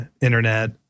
internet